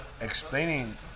explaining